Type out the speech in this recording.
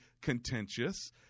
contentious